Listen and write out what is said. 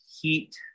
heat